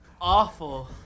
awful